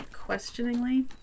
questioningly